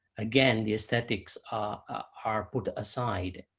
again, the aesthetics are hard put aside.